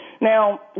Now